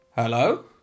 hello